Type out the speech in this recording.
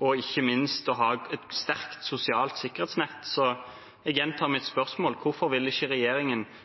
og ikke minst å ha et sterkt sosialt sikkerhetsnett. Så jeg gjentar spørsmålet mitt: